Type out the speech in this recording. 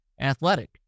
athletic